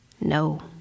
No